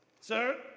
sir